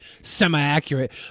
semi-accurate